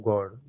God